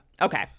Okay